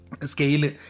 Scale